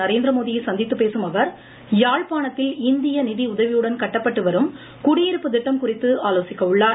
நரேந்திரமோடியை சந்தித்து பேசும் அவர் யாழ்ப்பாணத்தில் இந்திய நிதி உதவியுடன் கட்டப்பட்டு வரும் குடியிருப்பு திட்டம் குறித்து ஆலோசிக்க உள்ளார்